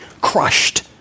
crushed